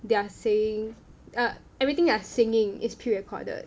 they are saying err everything they are singing is pre-recorded